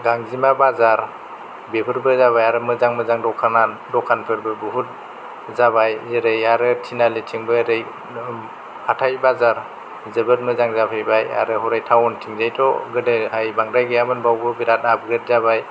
गांजिमा बाजार बेफोरबो जाबाय आरो मोजां मोजां दखानफोरबो बहुत जाबाय जेरै आरो थिनालि थिंबो ओरै हाथाइ बाजार जोबोद मोजां जाफैबाय आरो हरै टाउन थिंजायथ' गोदोहाय बांद्राय गैयामोन बेयावबो बिराथ आफग्रेद जाबाय